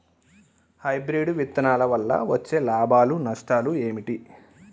Hybrid విత్తనాల వల్ల వచ్చే లాభాలు నష్టాలు ఏమిటి?